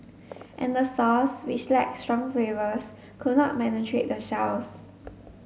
and the sauce which lacked strong flavours could not penetrate the shells